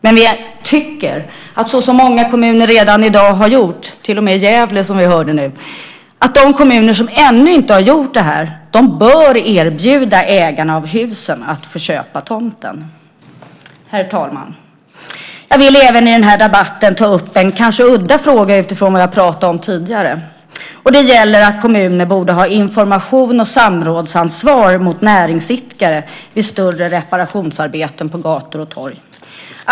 Men vi tycker att, så som många kommuner redan i dag har gjort, till och med Gävle som vi hörde nyss, de kommuner som ännu inte har gjort det bör erbjuda ägarna av husen att få köpa tomten. Herr talman! Jag vill även i den här debatten ta upp en kanske udda fråga utifrån det jag pratat om tidigare. Det gäller att kommuner borde ha ett informations och samrådsansvar mot näringsidkare vid större reparationsarbeten på gator och torg.